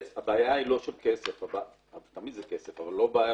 הבעיה היא לא של כסף תמיד זה כסף, אבל לא בעיה